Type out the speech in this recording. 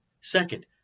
Second